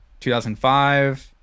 2005